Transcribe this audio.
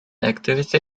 activity